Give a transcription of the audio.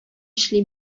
эшли